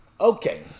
Okay